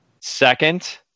second